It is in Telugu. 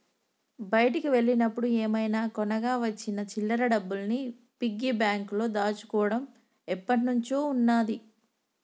బయటికి వెళ్ళినప్పుడు ఏమైనా కొనగా వచ్చిన చిల్లర డబ్బుల్ని పిగ్గీ బ్యాంకులో దాచుకోడం ఎప్పట్నుంచో ఉన్నాది